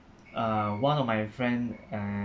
uh one of my friend uh